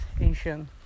ancient